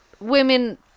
women